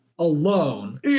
Alone